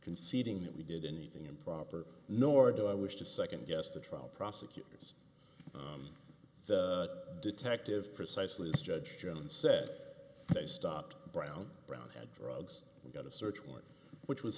conceding that we did anything improper nor do i wish to second guess the trial prosecutors the detective precisely as judge jones said they stopped brown brown and drugs and got a search warrant which was